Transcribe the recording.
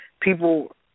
people –